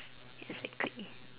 exactly